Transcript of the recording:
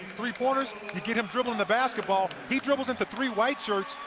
three-pointers, you get him dribbling the basketball. he dribbles into three white shirts.